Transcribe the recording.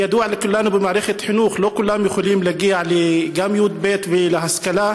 ידוע לכולנו במערכת החינוך שלא כולם יכולים להגיע גם לי"ב ולהשכלה,